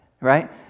Right